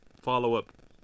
follow-up